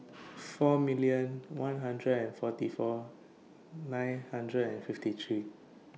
four million one hundred and forty four nine hundred and fifty three